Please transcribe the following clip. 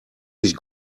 sich